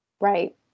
right